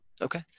Okay